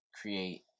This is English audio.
create